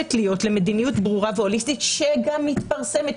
חייבת להיות למדיניות ברורה והוליסטית שגם מתפרסמת.